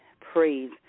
praise